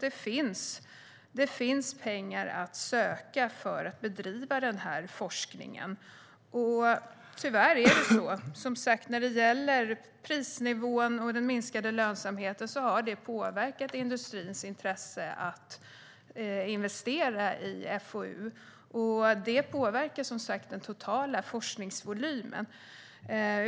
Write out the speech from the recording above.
Det finns alltså pengar att söka för att bedriva denna forskning. Tyvärr har prisnivån och den minskade lönsamheten påverkat industrins intresse att investera i FoU. Det påverkar, som sagt, den totala forskningsvolymen.